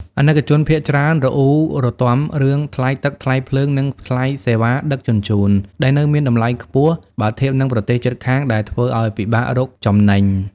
អាណិកជនភាគច្រើនរអ៊ូរទាំរឿង "ថ្លៃទឹក ថ្លៃភ្លើង និងថ្លៃសេវាដឹកជញ្ជូន" ដែលនៅមានតម្លៃខ្ពស់ បើធៀបនឹងប្រទេសជិតខាង ដែលធ្វើឱ្យពិបាករកចំណេញ។